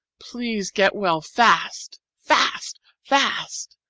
please get well fast fast fast.